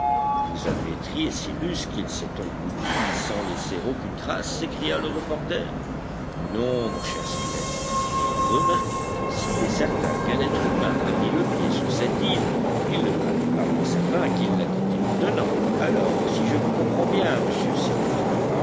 vous admettriez cyrus qu'il s'est englouti sans laisser aucune trace s'écria le reporter non mon cher spilett mais remarquez que s'il est certain qu'un être humain a mis le pied sur cette île il ne paraît pas moins certain qu'il l'a quittée maintenant alors si je vous comprends bien monsieur